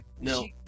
no